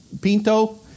Pinto